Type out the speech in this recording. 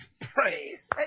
praise